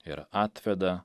ir atveda